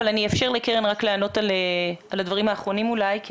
אבל אני אאפשר לקרן לענות על הדברים האחרונים אולי.